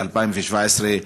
ב-2017.